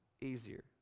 easier